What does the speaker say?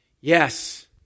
Yes